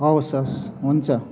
हवस् हवस् हुन्छ